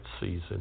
season